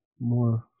more